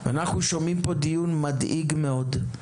אנחנו שומעים פה דיון מדאיג מאוד.